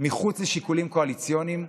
מחוץ לשיקולים קואליציוניים,